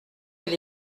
elle